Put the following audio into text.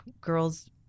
girls